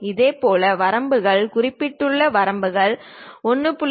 இதேபோல் வரம்புகள் குறிப்பிடப்பட்டுள்ள வரம்புகள் 1